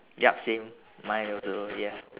yup same mine also ya